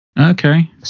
Okay